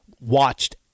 watched